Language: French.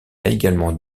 également